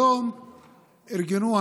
היום ארגנו,